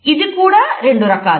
ఇది కూడా రెండు రకాలు